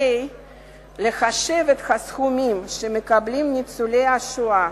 הרי לחשב כהכנסה את הסכומים שמקבלים ניצולי השואה